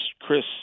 Chris